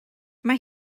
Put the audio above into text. mae